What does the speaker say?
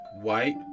White